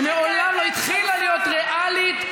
שמעולם לא התחילה להיות ריאלית,